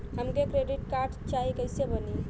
हमके credit card चाही कैसे बनी?